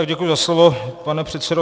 Děkuji za slovo, pane předsedo.